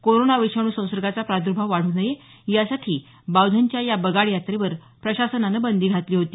corona विषाणू संसर्गाचा प्रादुर्भाव वाढू नये यासाठी बावधनच्या या बगाड यात्रेवर प्रशासनानं बंदी घातली होती